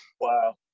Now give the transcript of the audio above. Wow